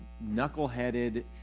knuckle-headed